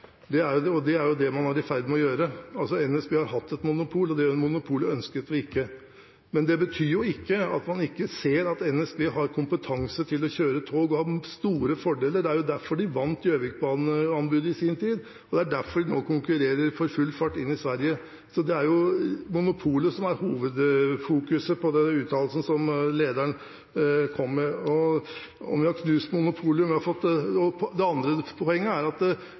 og det var jo det man var i ferd med å gjøre. NSB har hatt et monopol, og det monopolet ønsket vi ikke. Men det betyr ikke at man ikke ser at NSB har kompetanse til å kjøre tog og har store fordeler – det var jo derfor de vant anbudet på Gjøvikbanen i sin tid, og det er derfor de nå konkurrerer for fullt i Sverige. Så det er monopolet som er hovedfokuset i den uttalelsen som lederen kom med om dette. Det andre poenget er at vi har erfaring med at når det gjelder de reformene de borgerlige regjeringene har gjort – det